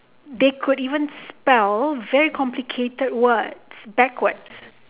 they could even spell very complicated words backwards